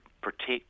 protect